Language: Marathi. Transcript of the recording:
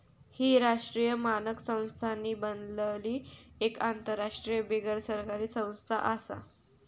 ही राष्ट्रीय मानक संस्थांनी बनलली एक आंतरराष्ट्रीय बिगरसरकारी संस्था आसा